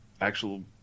actual